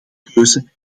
keuze